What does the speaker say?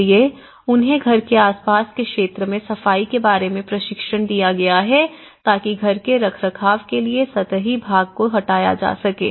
इसलिए उन्हें घर के आस पास के क्षेत्र में सफाई के बारे में प्रशिक्षण दिया गया है ताकि घर के रखरखाव के लिए सतही भाग को हटाया जा सके